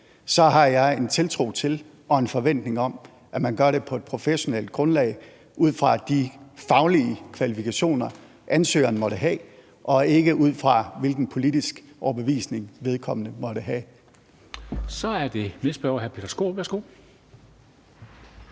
så har jeg en tiltro til og en forventning om, at man gør det på et professionelt grundlag ud fra de faglige kvalifikationer, ansøgeren måtte have, og ikke ud fra hvilken politisk overbevisning vedkommende måtte have. Kl. 13:16 Formanden (Henrik